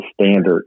standard